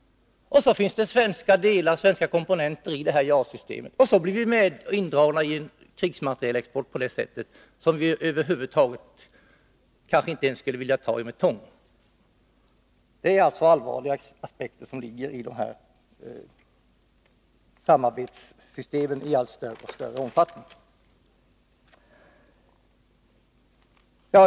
Eftersom det finns svenska delar eller svenska komponenter i JAS-systemet, blir vi då indragna i en krigsmaterielexport som vi kanske över huvud taget inte skulle vilja ta i med tång. Detta är allvarliga aspekter när det gäller samarbetet på detta område, som kan få konsekvenser i allt större omfattning.